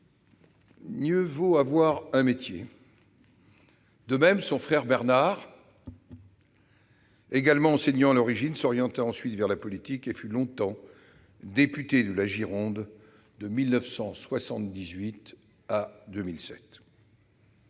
Mieux vaut avoir un métier ». De même, son frère Bernard, également enseignant à l'origine, s'orienta ensuite vers la politique et fut longtemps député de la Gironde, de 1978 à 2007.